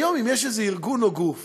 היום, אם יש איזה ארגון או גוף